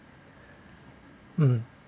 mm